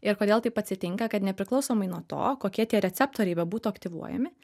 ir kodėl taip atsitinka kad nepriklausomai nuo to kokie tie receptoriai bebūtų aktyvuojami